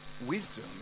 wisdom